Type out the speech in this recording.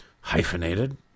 hyphenated